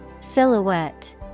Silhouette